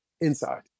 inside